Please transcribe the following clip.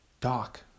doc